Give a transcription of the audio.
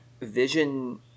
vision